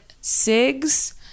cigs